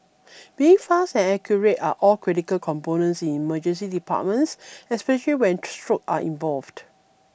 being fast and accurate are all critical components in emergency departments especially when stroke are involved